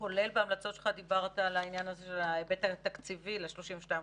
כולל בהמלצות שלך דיברת על העניין זה של ההיבט התקציבי ל-32 חודש?